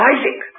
Isaac